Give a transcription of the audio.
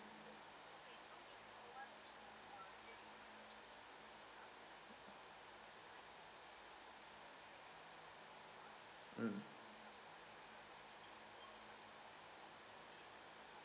mm